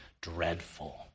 dreadful